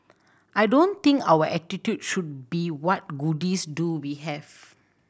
I don't think our attitude should be what goodies do we have